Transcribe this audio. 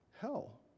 hell